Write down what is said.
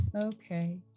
Okay